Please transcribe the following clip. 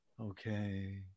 Okay